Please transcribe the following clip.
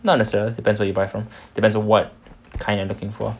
not necessarily depends on where you buy from depends on what kind you're looking for